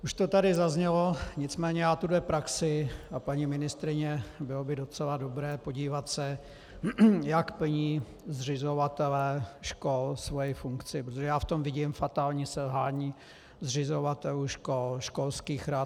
Už to tady zaznělo, nicméně já tuto praxi a paní ministryně, bylo by docela dobré podívat se, jak plní zřizovatelé škol svou funkci, protože já v tom vidím fatální selhání zřizovatelů škol, školských rad.